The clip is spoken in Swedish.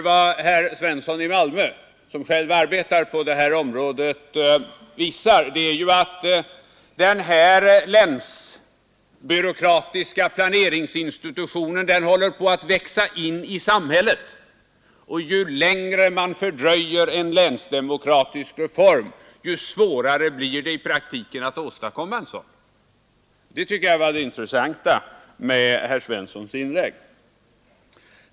Vad herr Svensson i Malmö — som själv arbetar på det här området — visar är ju att den länsbyråkratiska planeringsinstitutionen håller på att växa in i samhället, och ju längre man fördröjer en länsdemokratisk reform, desto svårare blir det i praktiken att åstadkomma en sådan. Det tycker jag var det intressantaste med herr Svenssons inlägg.